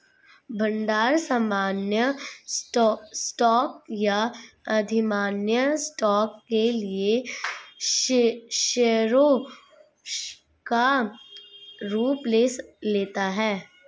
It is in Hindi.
भंडार सामान्य स्टॉक या अधिमान्य स्टॉक के लिए शेयरों का रूप ले लेता है